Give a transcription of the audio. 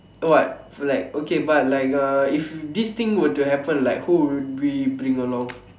what like okay but like uh if this thing were to happen like who would we bring along